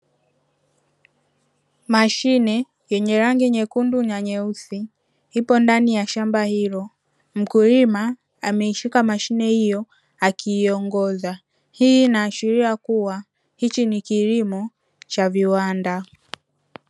Mashine yenye rangi nyekundu na nyeusi ipo ndani ya shamba hilo. Mkulima ameishika mashine hiyo akiiongoza, hii inaashiria kuwa hichi ni kilimo cha viwanda.